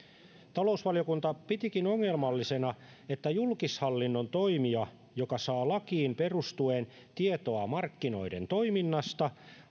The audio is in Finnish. talousvaliokunta pitikin ongelmallisena että julkishallinnon toimija joka saa lakiin perustuen tietoa markkinoiden toiminnasta